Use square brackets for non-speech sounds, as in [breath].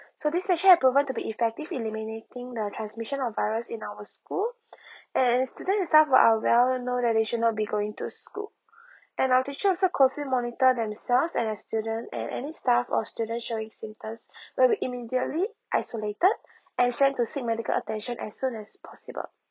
so this special had proven to be effective eliminating the transmission of virus in our school [breath] and student itself who are well known that they should not be going to school and our teachers also closely monitored themselves and as student and any staff or student sharing symptoms [breath] will be immediately isolated and send to seek medical attention as soon as possible